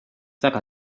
väga